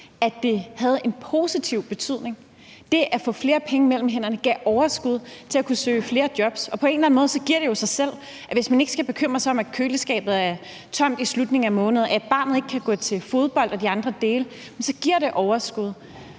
at det havde en positiv betydning. Det at få flere penge mellem hænderne gav overskud til at kunne søge flere jobs. På en eller anden måde giver det jo sig selv, at hvis man ikke skal bekymre sig om, at køleskabet er tomt i slutningen af måneden, at barnet ikke kan gå til fodbold, og andre ting, så giver det overskud.